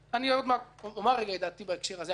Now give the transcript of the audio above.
אומר את דעתי בהקשר הזה, הכללי.